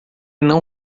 não